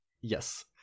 Yes